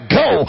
go